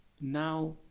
now